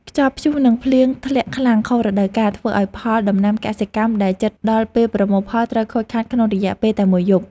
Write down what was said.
ខ្យល់ព្យុះនិងភ្លៀងធ្លាក់ខ្លាំងខុសរដូវកាលធ្វើឱ្យផលដំណាំកសិកម្មដែលជិតដល់ពេលប្រមូលផលត្រូវខូចខាតក្នុងរយៈពេលតែមួយយប់។